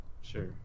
Sure